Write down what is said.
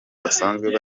basanzwe